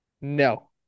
No